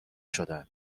شدن